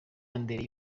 andre